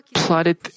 plotted